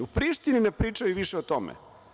U Prištini ne pričaju više o tome.